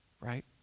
right